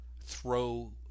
throw